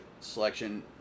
selection